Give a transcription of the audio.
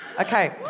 Okay